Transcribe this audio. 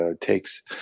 takes